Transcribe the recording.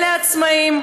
אלה העצמאים.